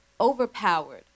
overpowered